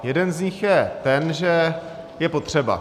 Jeden z nich je ten, že je potřeba.